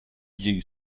you